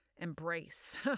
Embrace